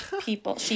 people